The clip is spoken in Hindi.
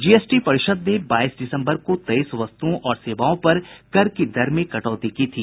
जीएसटी परिषद ने बाईस दिसम्बर को तेईस वस्तुओं और सेवाओं पर कर की दर में कटौती की थी